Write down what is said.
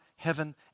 heaven